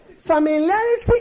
Familiarity